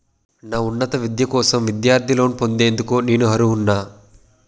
నా ఉన్నత విద్య కోసం విద్యార్థి లోన్ పొందేందుకు నేను అర్హులా?